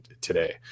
today